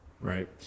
right